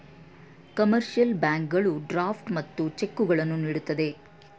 commercial ಬ್ಯಾಂಕುಗಳು draft ಮತ್ತು ಚೆಕ್ಕುಗಳನ್ನು ನೀಡುತ್ತದೆ